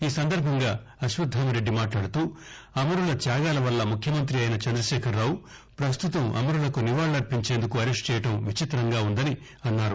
ఈ సందర్బంగా అశ్వత్థామ రెడ్డి మాట్లాడుతూ అమరుల త్యాగాలవల్ల ముఖ్యమంత్రి అయిన చంద్రశేఖరరావు ప్రస్తుతం అమరులకు నివాళులు అర్పించినందుకు అరెస్టు చేయడం విచిత్రంగా ఉందని అన్నారు